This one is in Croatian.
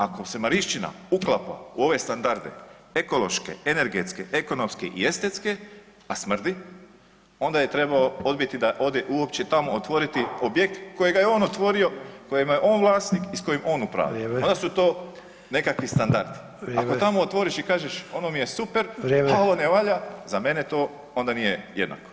Ako se Marišćina uklapa u ove standarde, ekološke, energetske, ekonomske i estetske, a smrdi, onda je trebao odbiti da ode uopće tamo, otvoriti objekt kojega je on otvorio, kojemu je on vlasnik i s kojim on upravlja [[Upadica: Vrijeme.]] Onda su to nekakvi standardi [[Upadica: Vrijeme.]] Ako tamo otvoriš i kažeš ono mi je super [[Upadica: Vrijeme.]] a ovo ne valja, za mene to onda nije jednako.